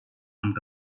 han